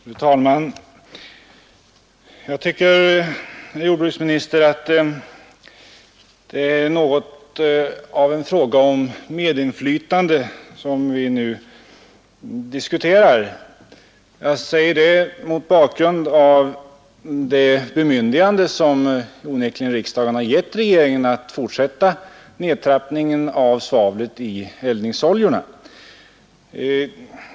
Fru talman! Jag tycker, herr jordbruksminister, att det är något av en fråga om medinflytande som vi nu diskuterar. Jag säger detta mot bakgrund av det bemyndigande som riksdagen onekligen har givit regeringen att fortsätta nedtrappningen av svavelhalten i eldningsoljorna.